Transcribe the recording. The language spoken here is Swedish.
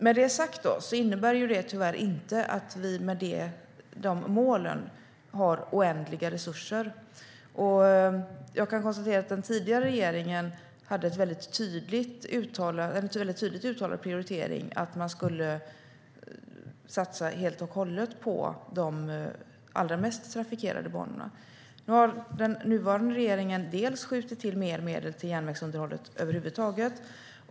Med detta sagt innebär det tyvärr inte att vi har oändliga resurser för dessa mål. Den tidigare regeringen hade en väldigt tydligt uttalad prioritering, att man skulle satsa helt och hållet på de allra mest trafikerade banorna. Nu har den nuvarande regeringen skjutit till mer medel till järnvägsunderhållet över huvud taget.